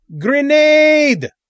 Grenade